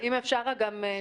האם יש לך איזושהי